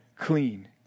clean